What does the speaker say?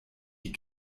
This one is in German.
die